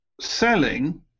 selling